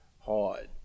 hard